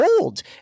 old